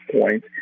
point